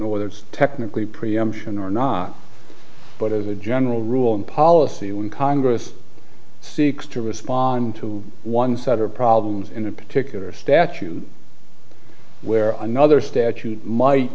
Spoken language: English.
know whether it's technically preemption or not but as a general rule and policy when congress seeks to respond to one set of problems in a particular statute where another statute might